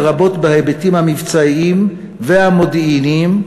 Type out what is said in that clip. לרבות בהיבטים המבצעיים והמודיעיניים,